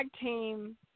team